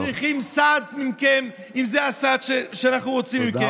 לא צריכים סעד מכם אם זה הסעד שאנחנו מקבלים מכם.